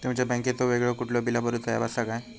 तुमच्या बँकेचो वेगळो कुठलो बिला भरूचो ऍप असा काय?